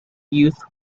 youth